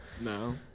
No